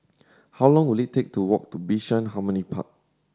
how long will it take to walk to Bishan Harmony Park